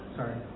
Sorry